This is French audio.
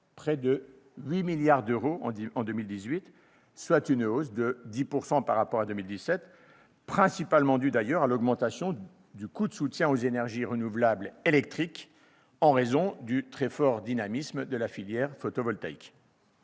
près de 8 milliards d'euros en 2018, soit une hausse de 10 % par rapport à 2017, principalement due à l'augmentation du coût du soutien aux énergies renouvelables électriques en raison du très fort dynamisme de la filière photovoltaïque.